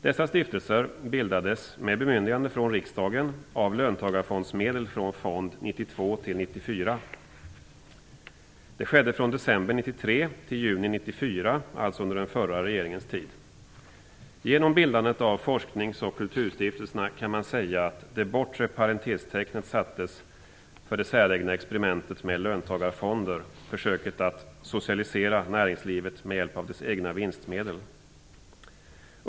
Det skedde från december 1993 till juni 1994, alltså under den förra regeringens tid. Genom bildandet av forsknings och kulturstiftelserna kan man säga att det bortre parentestecknet sattes för det säregna experimentet med löntagarfonder, försöket att socialisera näringslivet med hjälp av dess egna vinstmedel.